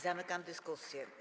Zamykam dyskusję.